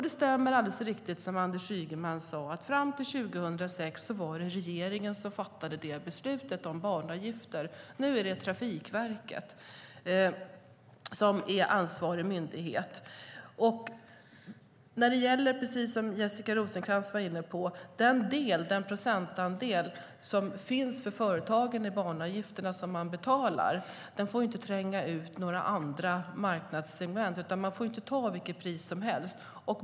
Det stämmer, som Anders Ygeman sade, att fram till 2006 var det regeringen som fattade beslutet som banavgifter. Nu är det Trafikverket som är ansvarig myndighet. Den procentandel som företagen betalar i banavgifter - Jessica Rosencrantz var inne på det - får inte göra att man tränger ut några andra marknadssegment. Man får inte ta vilket pris som helst.